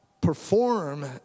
perform